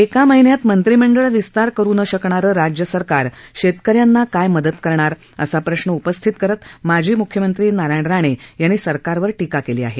एका महिन्यात मंत्रिमंडळ विस्तार करू न शकणारं राज्य सरकार शेतकऱ्यांना काय मदत करणार असा प्रश्न उपस्थित करत माजी मुख्यमंत्री नारायण राणे यांनी सरकारवर टीका केली आहे